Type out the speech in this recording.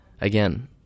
again